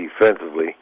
defensively